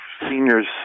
seniors